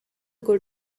good